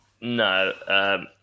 No